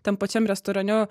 tam pačiam restorane